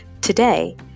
Today